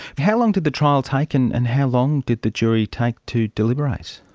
how long did the trial take and and how long did the jury take to deliberate?